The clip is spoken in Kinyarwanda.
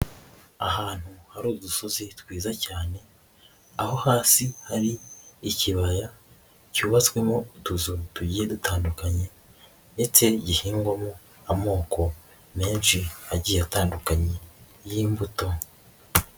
Ahantu hari udusozi twiza cyane aho hasi hari ikibaya cyubatswemo utuzu tugiye dutandukanye ndetse gihingwamo amoko menshi agiye atandukanye y'imbuto.